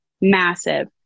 Massive